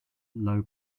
low